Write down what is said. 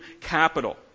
capital